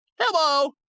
Hello